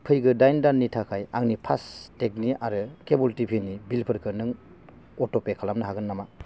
फैगौ दाइन दाननि थाखाय आंनि फास्टेगनि आरो केबोल टिभि नि बिलफोरखौ नों अट'पे खालामनो हागोन नामा